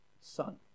son